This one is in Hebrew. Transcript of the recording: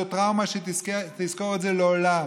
זאת טראומה שהיא תזכור לעולם.